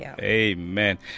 amen